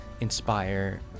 Inspire